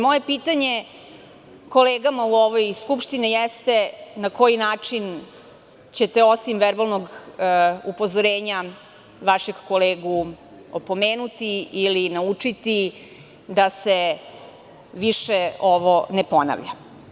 Moje pitanje kolegama u ovoj Skupštini jeste – na koji način ćete, osim verbalnog upozorenja, vašeg kolegu opomenuti ili naučiti da se više ovo ne ponavlja?